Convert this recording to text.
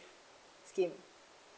scheme